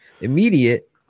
Immediate